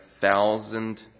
thousand